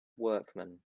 workman